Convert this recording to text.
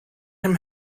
him